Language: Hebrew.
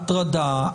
הטרדה,